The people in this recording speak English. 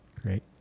Great